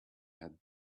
had